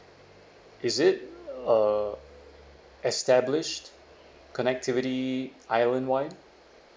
is it uh established connectivity island wide